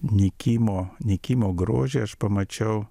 nykimo nykimo grožį aš pamačiau